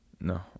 No